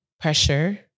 pressure